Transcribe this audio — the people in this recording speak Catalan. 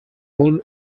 fou